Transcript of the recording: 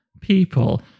people